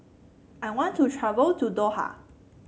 I want to travel to Doha